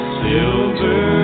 silver